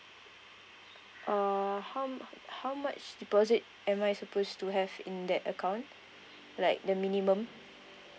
uh how how much deposit am I supposed to have in that account like the minimum